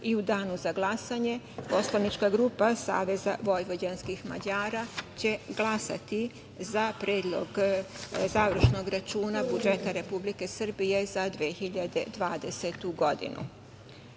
i u danu za glasanje poslanička grupa Saveza vojvođanskih Mađara će glasati za Predlog završnog računa budžeta Republike Srbije za 2020. godinu.U